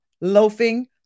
loafing